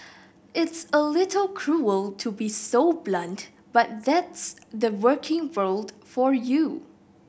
it's a little cruel to be so blunt but that's the working world for you